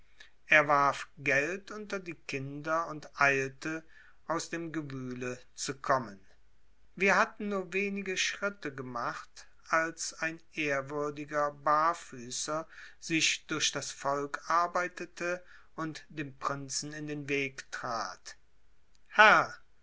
er warf geld unter die kinder und eilte aus dem gewühle zu kommen wir hatten nur wenige schritte gemacht als ein ehrwürdiger barfüßer sich durch das volk arbeitete und dem prinzen in den weg trat herr